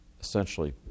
essentially